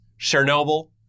Chernobyl